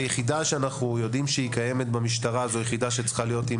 היחידה שקיימת במשטרה זאת יחידה שצריכה להיות עם